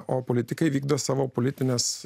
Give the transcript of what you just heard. o politikai vykdo savo politines